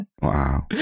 Wow